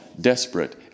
desperate